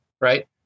right